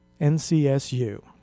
NCSU